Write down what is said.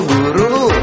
Guru